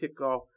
kickoff